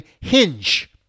hinge